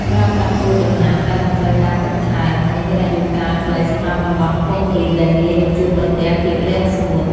ប្រើប្រាស់ពូជដំណាំដែលមិនត្រូវការទឹកច្រើន និង មានអាយុកាលខ្លីសម្រាប់តំបន់ខ្ពង់រាបដែលងាយនឹងជួបប្រទះភាពរាំងស្ងួត។